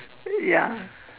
ya